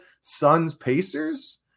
Suns-Pacers